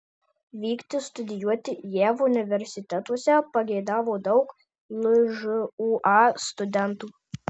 vykti studijuoti jav universitetuose pageidavo daug lžūa studentų